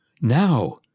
Now